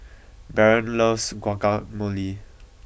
Baron loves Guacamole